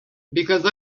because